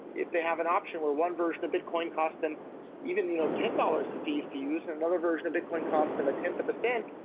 if they have an option where one version of bitcoin cost them even you know ten dollars in fees to use and another version of bitcoin cost them a tenth of a cent,